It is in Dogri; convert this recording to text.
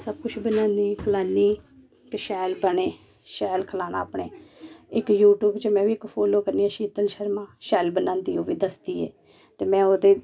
सब कुछ बनान्नी खलान्नी ते शैल बने शैल खलाना अपने इक्क यू टयूब च मैं बी इक्क फोना पर शीतल शर्मा शैल बनांदी ओह् बी दसदी ऐ ते में ओह्दे